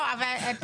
אבל יש לה ניסיון.